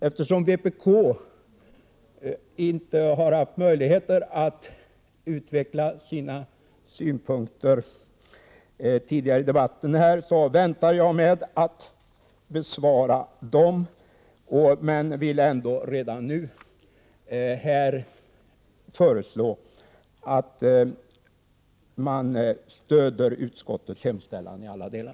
Eftersom vpk inte har haft möjligheter att utveckla sina synpunkter tidigare i debatten väntar jag med att kommentera dem, men vill ändå redan nu föreslå att riksdagen stöder utskottets hemställan i alla delar.